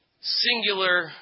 singular